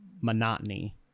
monotony